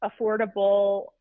affordable